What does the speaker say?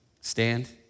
Stand